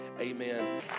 amen